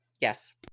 yes